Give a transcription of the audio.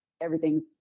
everything's